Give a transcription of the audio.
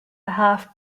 half